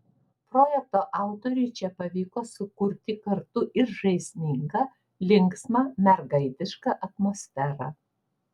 projekto autoriui čia pavyko sukurti kartu ir žaismingą linksmą mergaitišką atmosferą